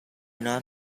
not